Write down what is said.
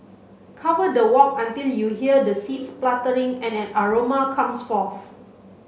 cover the wok until you hear the seed spluttering and aroma comes forth